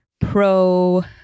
pro